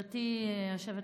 גברתי היושבת-ראש,